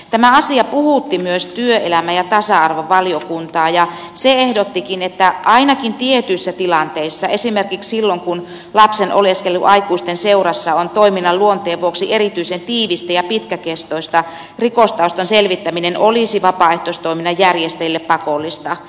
tämä asia puhutti myös työelämä ja tasa arvovaliokuntaa ja se ehdottikin että ainakin tietyissä tilanteissa esimerkiksi silloin kun lapsen oleskelu aikuisten seurassa on toiminnan luonteen vuoksi erityisen tiivistä ja pitkäkestoista rikostaustan selvittäminen olisi vapaaehtoistoiminnan järjestäjille pakollista